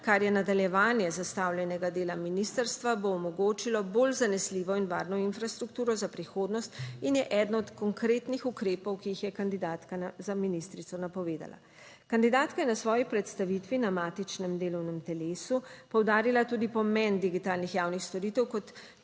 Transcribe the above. kar je nadaljevanje zastavljenega dela ministrstva, bo omogočilo bolj zanesljivo in varno infrastrukturo za prihodnost in je eden od konkretnih ukrepov, ki jih je kandidatka za ministrico napovedala. Kandidatka je na svoji predstavitvi na matičnem delovnem telesu poudarila tudi pomen digitalnih javnih storitev kot